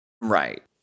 Right